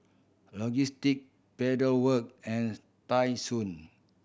Logistic Pedal Work and Tai Sun